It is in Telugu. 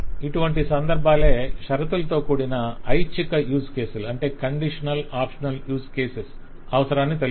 ఇటువంటి సందర్భాలే షరతులతో కూడిన ఇచ్చిక యూస్ కేసుల అవసరాన్ని తెలుపుతాయి